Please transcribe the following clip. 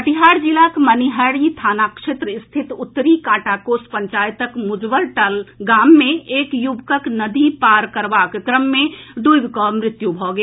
कटिहार जिलाक मनिहारी थाना क्षेत्र स्थित उत्तरी कांटाकोश पंचायतक मुजवरटाल गाम मे एक युवकक नदी पार करबाक क्रम मे डूबि कऽ मृत्यु भऽ गेल